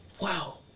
wow